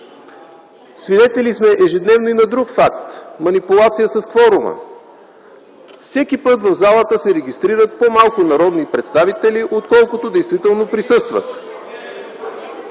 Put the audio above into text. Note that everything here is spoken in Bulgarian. Свидетели сме ежедневно и на друг факт – манипулация с кворума. Всеки път в залата се регистрират по-малко народни представители, отколкото действително присъстват.